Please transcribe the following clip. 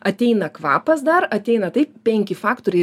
ateina kvapas dar ateina tai penki faktoriai